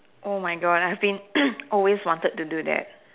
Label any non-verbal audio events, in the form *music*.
oh my god I've been *coughs* always wanted to do that